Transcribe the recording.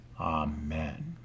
Amen